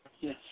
Yes